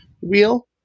wheel